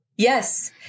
Yes